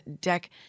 deck